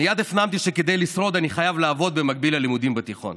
מייד הפנמתי שכדי לשרוד אני חייב לעבוד במקביל ללימודים בתיכון.